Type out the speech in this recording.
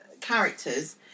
characters